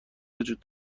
وجود